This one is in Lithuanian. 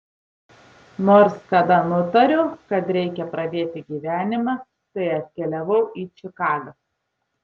nors kada nutariau kad reikia pradėti gyvenimą tai atkeliavau į čikagą